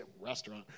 restaurant